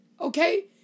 Okay